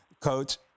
Coach